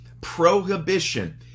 prohibition